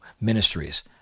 ministries